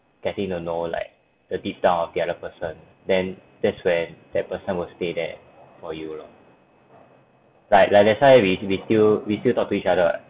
getting to know like the deep down of the other person then that's when that person will stay there for you lor like like that's why we we still we still talk to each other right